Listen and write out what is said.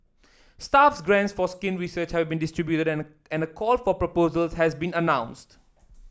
staff grants for skin research have been distributed and call for proposals has been announced